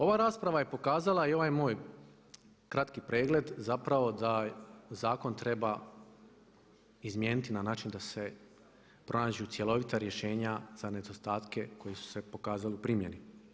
Ova rasprava je pokazala i ovaj moj kratki pregled zapravo da zakon treba izmijeniti na način da se pronađu cjelovita rješenja za nedostatke koji su se pokazali u primjeni.